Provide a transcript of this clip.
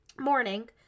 morning